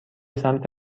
سمت